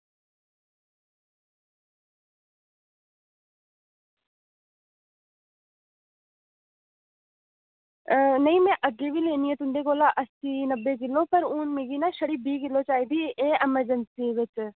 नेईं में अग्गें बी लैनी आं तुं'दे कोला नब्बे किल्लो पर हून मिगी ना छड़ी बीह् किल्लो चाहिदी एह् एमरजेंसी बिच